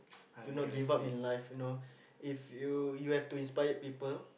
to not give up in life you know if you you have to inspired people